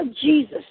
Jesus